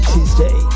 Tuesday